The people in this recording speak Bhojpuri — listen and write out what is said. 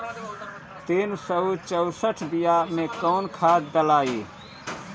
तीन सउ चउसठ बिया मे कौन खाद दलाई?